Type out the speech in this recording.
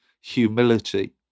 humility